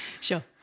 Sure